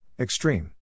Extreme